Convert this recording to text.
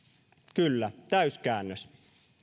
kyllä täyskäännös